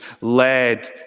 led